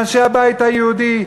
לאנשי הבית היהודי,